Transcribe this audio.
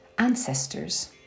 ancestors